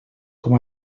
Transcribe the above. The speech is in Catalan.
com